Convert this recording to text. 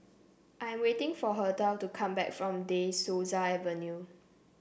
I'm waiting for Hertha to come back from De Souza Avenue